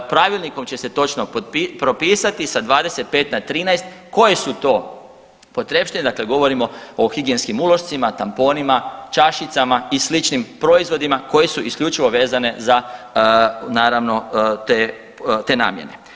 Pravilnikom će se točno propisati sa 25 na 13 koje su to potrepštine, dakle govorimo o higijenskim ulošcima, tamponima, čašicama i sličnim proizvodima koje su isključivo vezane za naravno te namjene.